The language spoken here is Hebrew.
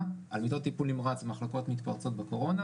על מיטות טיפול נמרץ במחלקות מתפרצות בקורונה,